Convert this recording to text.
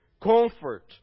comfort